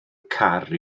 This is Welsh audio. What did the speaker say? car